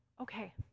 okay